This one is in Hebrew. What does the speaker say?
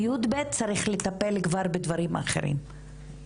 ב-יב' צריך לטפל כבר בדברים אחרים.